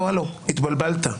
התבלבלת,